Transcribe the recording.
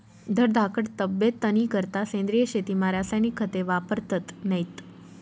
धडधाकट तब्येतनीकरता सेंद्रिय शेतीमा रासायनिक खते वापरतत नैत